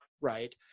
right